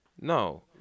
No